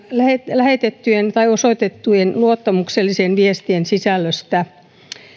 lähetettyjen tai osoitettujen luottamuksellisten viestien sisällöstä